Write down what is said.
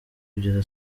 kugeza